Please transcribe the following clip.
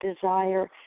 desire